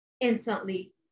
instantly